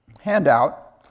handout